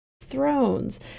Thrones